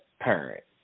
parent